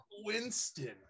Winston